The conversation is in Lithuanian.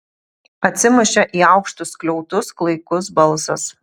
atsimušė į aukštus skliautus klaikus balsas